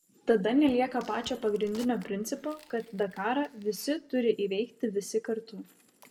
tada nelieka pačio pagrindinio principo kad dakarą visi turi įveikti visi kartu